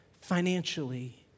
Financially